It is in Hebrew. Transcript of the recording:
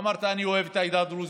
אמרת: אני אוהב את העדה הדרוזית,